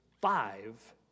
five